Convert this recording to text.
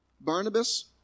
Barnabas